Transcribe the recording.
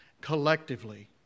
collectively